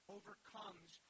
overcomes